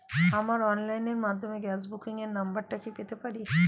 আমার অনলাইনের মাধ্যমে গ্যাস বুকিং এর নাম্বারটা কি পেতে পারি?